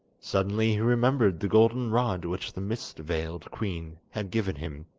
suddenly he remembered the golden rod which the mist-veiled queen had given him.